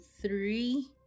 three